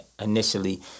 initially